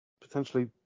potentially